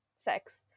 sex